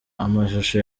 amashusho